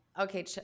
Okay